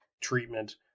treatment